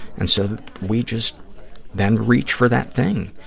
and so we just then reach for that thing.